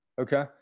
Okay